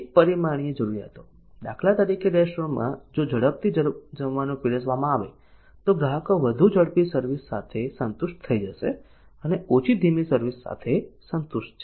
એક પરિમાણીય જરૂરીયાતો દાખલા તરીકે રેસ્ટોરન્ટ માં જો ઝડપ થી જમવાનું પીરસવામાં આવે તો ગ્રાહકો વધુ ઝડપી સર્વિસ સાથે સંતુષ્ટ થઈ જશે અને ઓછી ધીમી સર્વિસ સાથે સંતુષ્ટ છે